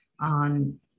on